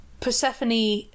Persephone